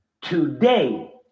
today